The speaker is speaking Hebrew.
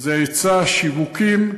זה היצע, שיווקים.